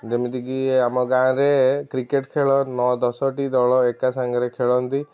ଯେମିତିକି ଆମ ଗାଁରେ କ୍ରିକେଟ୍ ଖେଳ ନଅ ଦଶଟି ଦଳ ଏକା ସାଙ୍ଗରେ ଖେଳନ୍ତି